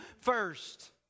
first